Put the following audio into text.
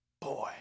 Boy